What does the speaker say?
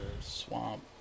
swamp